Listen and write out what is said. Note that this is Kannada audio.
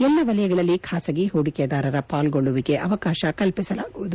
ಎಲ್ಲಾ ವಲಯಗಳಲ್ಲಿ ಖಾಸಗಿ ಹೂಡಿಕೆದಾರರ ಪಾಲ್ಗೊಳ್ಳುವಿಕೆಗೆ ಅವಕಾಶ ಕಲ್ಪಿಸಲಾಗುವುದು